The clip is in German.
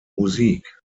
musik